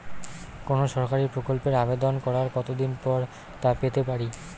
কোনো সরকারি প্রকল্পের আবেদন করার কত দিন পর তা পেতে পারি?